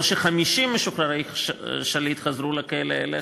ש-50 משוחררי עסקת שליט חזרו לכלא אלא